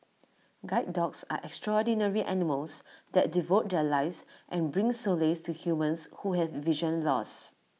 guide dogs are extraordinary animals that devote their lives and bring solace to humans who have vision loss